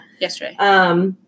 yesterday